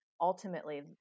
ultimately